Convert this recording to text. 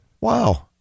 Wow